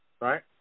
Right